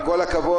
עם כל הכבוד,